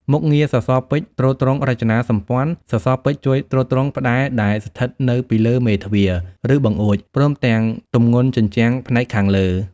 មុខងារសរសពេជ្រទ្រទ្រង់រចនាសម្ព័ន្ធ សសរពេជ្រជួយទ្រទ្រង់ ផ្តែរដែលស្ថិតនៅពីលើមេទ្វារ ឬបង្អួច ព្រមទាំងទម្ងន់ជញ្ជាំងផ្នែកខាងលើ។